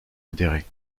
modérées